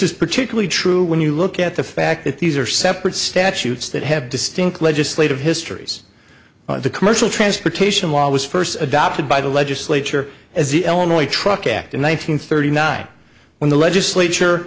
is particularly true when you look at the fact that these are separate statutes that have distinct legislative histories the commercial transportation law was first adopted by the legislature as the elderly truck act in one nine hundred thirty nine when the legislature